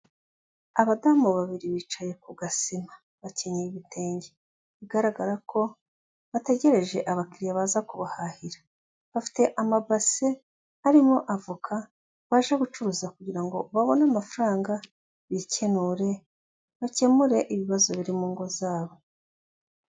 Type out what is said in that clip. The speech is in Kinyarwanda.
Abadamu babiri bicaye ku gasima, bakeneye ibitenge, bigaragara ko bategereje abakiriya baza kubahahira, bafite amabase arimo avoka baje gucuruza kugira ngo babone amafaranga bikenure, bakemure ibibazo biri mu ngo zabo.